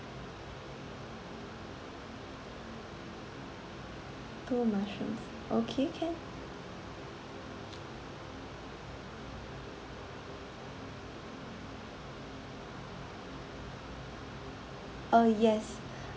two mushroom soup okay can uh yes